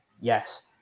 Yes